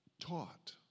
taught